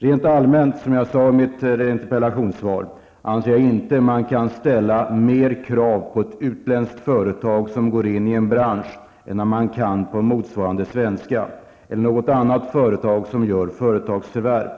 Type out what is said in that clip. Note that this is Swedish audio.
Rent allmänt kan jag säga, precis som jag gjorde i mitt interpellationssvar, att man inte kan ställa större krav på ett utländskt företag som går in i en bransch än man kan ställa på motsvarande svenska företag eller på något annat företag som gör företagsförvärv.